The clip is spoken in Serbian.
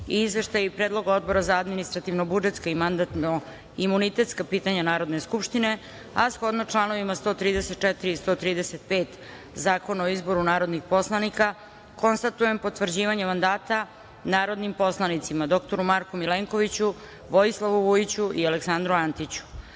i Izveštaja i Predloga Odbora za administrativno-budžetska i mandatno-imunitetska pitanja Narodne skupštine, a shodno članovima 134. i 135. Zakona o izboru narodnih poslanika, konstatujem potvrđivanje mandata narodnim poslanicima: dr Marku Milenkoviću, Vojislavu Vujiću i Aleksandru